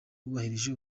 wubahirije